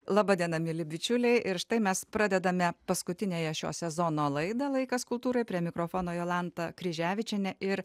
laba diena mieli bičiuliai ir štai mes pradedame paskutiniąją šio sezono laidą laikas kultūrai prie mikrofono jolanta kryževičienė ir